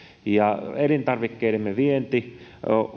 ja elintarvikkeidemme vienti